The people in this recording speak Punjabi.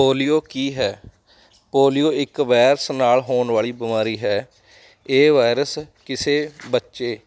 ਪੋਲੀਓ ਕੀ ਹੈ ਪੋਲੀਓ ਇੱਕ ਵਾਇਰਸ ਨਾਲ ਹੋਣ ਵਾਲੀ ਬਿਮਾਰੀ ਹੈ ਇਹ ਵਾਇਰਸ ਕਿਸੇ ਬੱਚੇ